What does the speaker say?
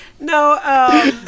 No